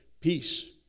peace